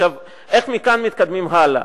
איך מכאן מתקדמים הלאה?